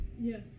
Yes